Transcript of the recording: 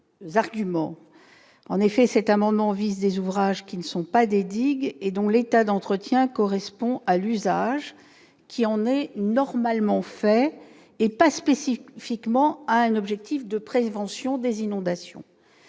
En effet, cet amendement vise des ouvrages qui ne sont pas des digues et dont l'état d'entretien correspond à l'usage qui en est normalement fait, et pas spécifiquement à un objectif de prévention des inondations.